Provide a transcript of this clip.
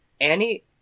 Annie